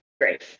great